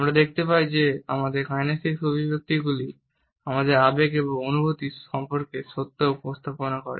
আমরা দেখতে পাই যে আমাদের কাইনেসিক্স অভিব্যক্তিগুলি আমাদের আবেগ এবং অনুভূতি সম্পর্কে সত্য উপস্থাপন করে